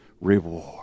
reward